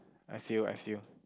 I feel I feel